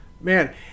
Man